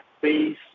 face